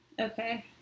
Okay